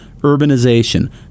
urbanization